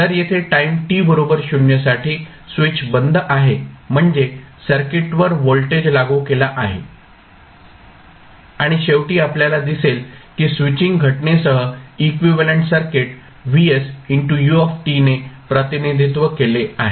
जर येथे time t बरोबर 0 साठी स्विच बंद आहे म्हणजे सर्किटवर व्होल्टेज लागू केला आहे आणि शेवटी आपल्याला दिसेल की स्विचिंग घटनेसह इक्विव्हॅलेंट सर्किट Vsu ने प्रतिनिधित्व केले आहे